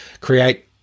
Create